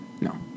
No